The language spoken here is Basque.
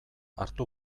hartu